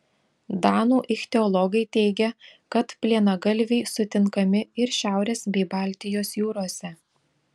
danų ichtiologai teigia kad plienagalviai sutinkami ir šiaurės bei baltijos jūrose